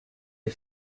you